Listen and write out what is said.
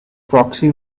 proxy